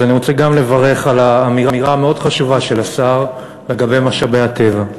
אז אני רוצה גם לברך על האמירה המאוד-חשובה של השר לגבי משאבי הטבע.